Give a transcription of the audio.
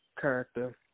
character